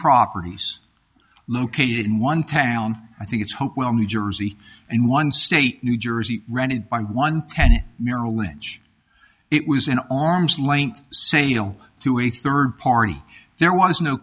properties located in one town i think it's hopewell new jersey and one state new jersey rented by one tenant merrill lynch it was an arm's length sale to a third party there was no